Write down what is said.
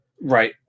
Right